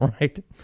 Right